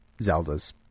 Zeldas